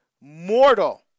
mortal